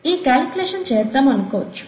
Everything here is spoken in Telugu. ఈ కాలిక్యులేషన్ చేద్దాము అనుకోవచ్చు